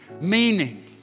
Meaning